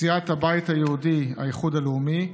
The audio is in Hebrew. סיעת הבית היהודי-האיחוד הלאומי,